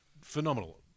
phenomenal